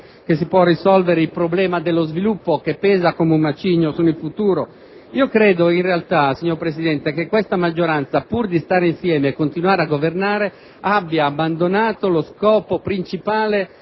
che si può risolvere il problema dello sviluppo, che pesa come un macigno sul futuro. Credo, in realtà, signor Presidente, che questa maggioranza, pur di stare insieme e continuare a governare, abbia abbandonato lo scopo principale